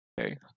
Okay